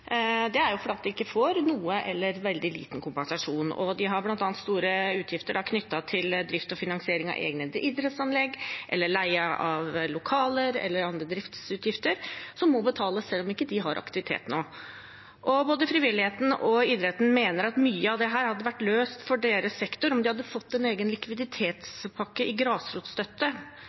Det er fordi de ikke får noen, eller veldig liten, kompensasjon. De har bl.a. store utgifter knyttet til drift og finansiering av egne idrettsanlegg, leie av lokaler eller andre driftsutgifter som må betales, selv om de ikke har aktivitet nå. Både frivilligheten og idretten mener at mye av dette hadde vært løst for deres sektor om de hadde fått en egen likviditetspakke i grasrotstøtte